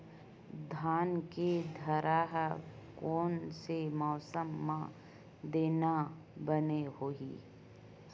धान के थरहा कोन से मौसम म देना बने होही?